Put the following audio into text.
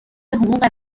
حقوق